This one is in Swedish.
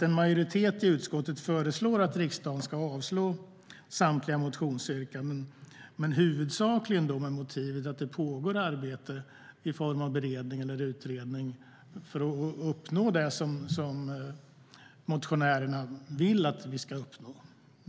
En majoritet i utskottet föreslår att riksdagen ska avslå samtliga motionsyrkanden, men huvudsakligen med motiveringen att det pågår ett arbete i form av en utredning för att uppnå det som motionärerna vill att vi ska uppnå.